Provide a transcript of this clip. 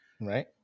right